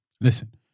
Listen